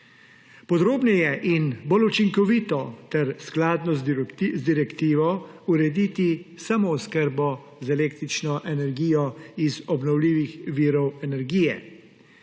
podrobneje in bolj učinkovito ter skladno z direktivo urediti samooskrbo z električno energijo iz obnovljivih virov energije;